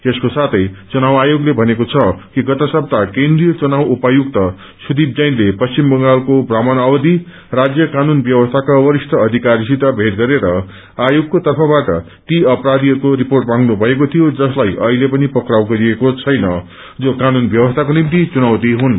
यसको साथै चुनाव आयोगले भनेको छ कि गत सप्ताह केन्द्रिय चुनाव उपायुक्त सुदीप जैनले पश्चिम बंगालको प्रमण अवधि राज्य कानून व्यवस्थाका वरिष्ठ अधिकारीसित भेट गरेर आयोगको तर्फबाट र्तो अपराधीहरूको रिर्पोट माग्नु भएको थियो जसलाई अहिले पनि पक्राउ गरिएको छैन जो कानून व्यवस्थाको निम्ति चुनौति हुन्